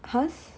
!huh!